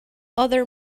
other